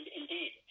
indeed